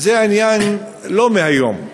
העניין הוא לא מהיום.